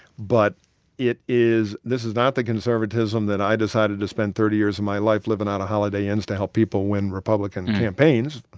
but it is this is not the conservatism that i decided to spend thirty years of my life living out of holiday inns to help people win republican campaigns.